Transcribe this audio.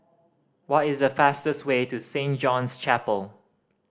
what is the fastest way to Saint John's Chapel